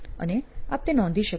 અને આપ તે નોંધી શકો